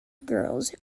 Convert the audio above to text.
girls